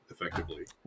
effectively